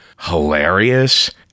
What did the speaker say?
hilarious